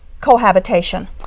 cohabitation